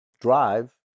drive